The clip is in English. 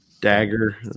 Dagger